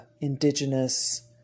indigenous